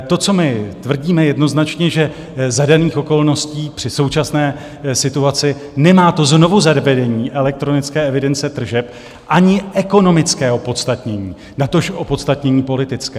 To, co my tvrdíme jednoznačně, že za daných okolností při současné situaci nemá znovuzavedení elektronické evidence tržeb ani ekonomické opodstatnění, natož opodstatnění politické.